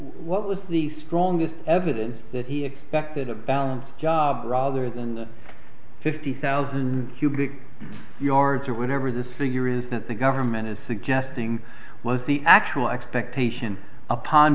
what was the strongest evidence that he expected a balance job rather than the fifty thousand cubic yards or whatever the figure is that the government is suggesting was the actual expectation upon